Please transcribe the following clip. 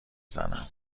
زنم